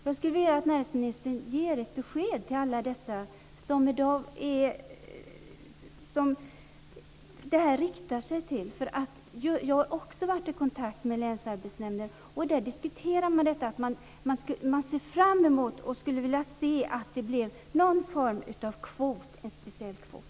Jag skulle vilja att näringsministern ger ett besked till alla dem som detta riktar sig till. Jag har också varit i kontakt med länsarbetsnämnden. Där diskuterar man detta. Man ser fram emot det, och man skulle vilja se att det blir någon form av en speciell kvot.